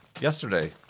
Yesterday